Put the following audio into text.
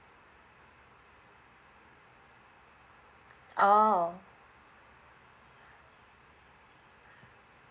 oh